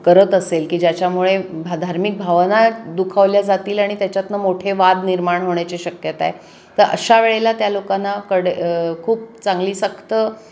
करत असेल की ज्याच्यामुळे धार्मिक भावना दुखवल्या जातील आणि त्याच्यातनं मोठे वाद निर्माण होण्याची शक्यता आहे तर अशा वेळेला त्या लोकांना कडे खूप चांगली सक्त